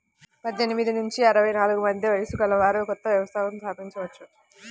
పద్దెనిమిది నుంచి అరవై నాలుగు మధ్య వయస్సు గలవారు కొత్త వ్యవస్థాపకతను స్థాపించవచ్చు